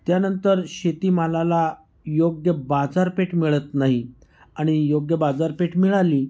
त्यानंतर शेतीमालाला योग्य बाजारपेठ मिळत नाही आणि योग्य बाजारपेठ मिळाली